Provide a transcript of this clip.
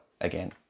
again